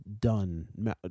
done